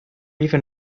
even